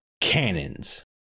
cannons